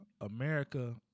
America